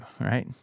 right